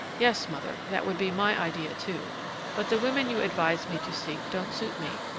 yes, mother, that would be my idea, too but the women you advised me to seek don't suit me.